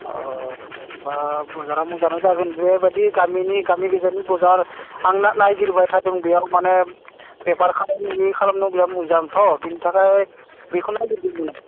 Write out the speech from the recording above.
अ दे होनबा बाजारा मोजाङानो जागोन बेबायदि गामिनि गामि गेजेरनि बाजार आं नायगिरबाय थादों बेयाव माने बेपार खामानि खालामनो बिराद मोजांथ' बेनि थाखाय बेखौ नागिरदोंमोन आं